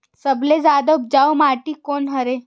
सबले जादा उपजाऊ माटी कोन हरे?